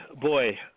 Boy